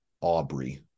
Aubrey